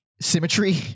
symmetry